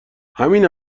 همین